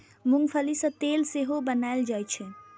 मूंंगफली सं तेल सेहो बनाएल जाइ छै